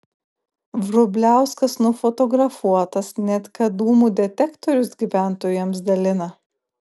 vrubliauskas nufotografuotas net kad dūmų detektorius gyventojams dalina